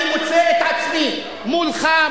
אני מוצא את עצמי מולך,